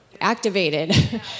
activated